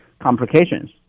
complications